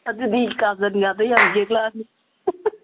ꯑꯗꯨꯗꯤ ꯀꯥꯖꯜꯒꯥꯗꯣ ꯌꯥꯝ ꯌꯦꯛꯂꯛꯑꯅꯤ